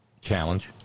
challenge